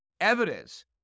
evidence